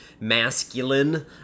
masculine